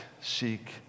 seek